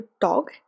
dog